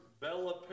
Bella